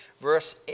Verse